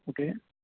okay